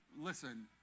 listen